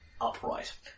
upright